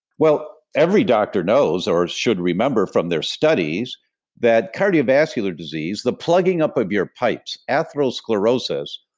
well, every doctor knows, or should remember from their studies that cardiovascular disease, the plugging up of your pipes, arthrosclerosis,